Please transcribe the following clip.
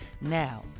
Now